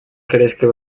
корейской